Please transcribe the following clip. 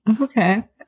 Okay